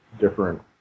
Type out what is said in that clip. different